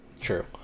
True